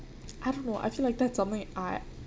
I don't know I feel like that's something I